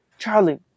Charlie